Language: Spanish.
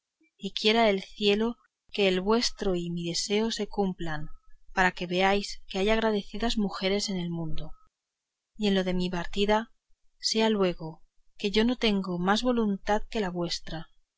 y quiera el cielo que el vuestro y mi deseo se cumplan para que veáis que hay agradecidas mujeres en el mundo y en lo de mi partida sea luego que yo no tengo más voluntad que la vuestra